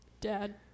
dad